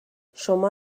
شما